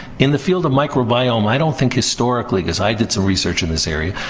in the field of microbiome, i don't think, historically. cause i did some research in this area.